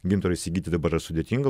gintaro įsigyti dabar yra sudėtinga